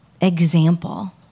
example